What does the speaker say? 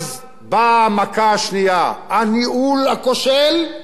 אז באה המכה השנייה הניהול הכושל,